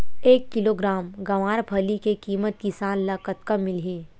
एक किलोग्राम गवारफली के किमत किसान ल कतका मिलही?